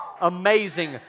amazing